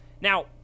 Now